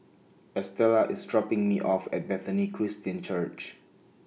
Estella IS dropping Me off At Bethany Christian Church